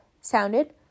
sounded